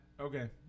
Okay